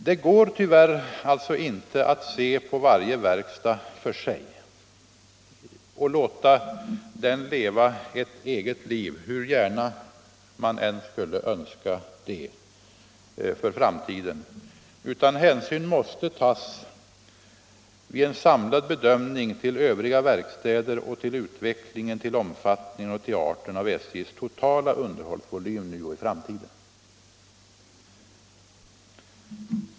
Det går tyvärr alltså inte att se på varje verkstad för sig och låta den leva ett eget liv, hur gärna man än skulle önska det. Hänsyn måste vid en samlad bedömning tas till övriga verkstäder och till omfattningen och arten av SJ:s totala underhållsvolym nu och i framtiden.